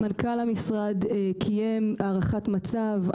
מנכ"ל המשרד קיים הערכת מצב.